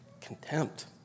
contempt